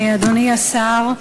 אדוני השר,